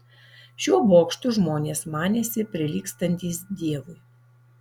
šiuo bokštu žmonės manėsi prilygstantys dievui